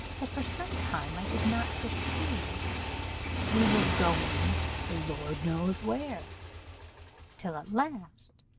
that, for some time, i did not perceive we were going the lord knows where till, at last,